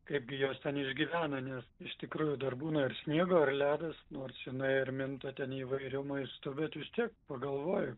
kaipgi jos ten išgyvena nes iš tikrųjų dar būna ir sniego ir ledas nors jinai ir minta ten įvairiu maistu bet vis tiek pagalvoju